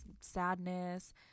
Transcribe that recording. sadness